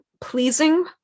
pleasing